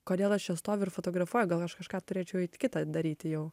kodėl aš čia stoviu ir fotografuoju gal aš kažką turėčiau eit kita daryti jau